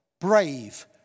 brave